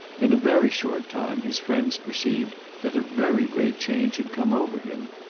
in a very short time his friends perceived that a very great change had come over him.